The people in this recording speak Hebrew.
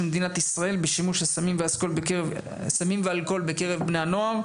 מדינת ישראל בשימוש בסמים ובאלכוהול בקרב בני הנוער,